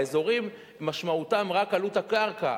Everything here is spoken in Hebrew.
האזורים משמעותם רק עלות הקרקע.